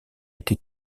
été